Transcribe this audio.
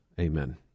Amen